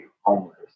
homeless